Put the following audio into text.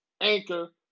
Anchor